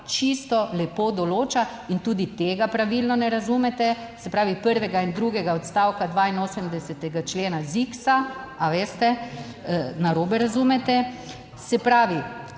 čisto lepo določa in tudi tega pravilno ne razumete, se pravi, prvega in drugega odstavka 82. člena ZIKS-a, a veste, narobe razumete. Se pravi,